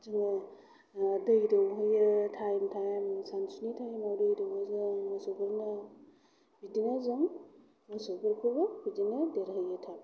जोङो दै दौहैयो टाइम टाइम सानसुनि टाइम आव दै दौनाय जायो जों मोसौफोरनो बिदिनो जों मोसौफोरखौबो बिदिनो देरहोयो थाब